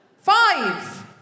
Five